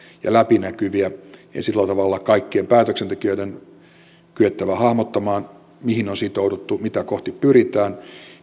ja läpinäkyviä ja sillä tavalla kaikkien päätöksentekijöiden on kyettävä hahmottamaan mihin on sitouduttu mitä kohti pyritään